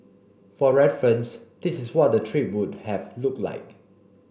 for reference this is what the trip would have looked like